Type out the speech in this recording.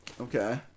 Okay